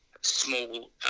small